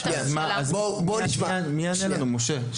אז מי יענה לנו, משה?